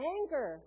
Anger